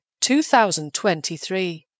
2023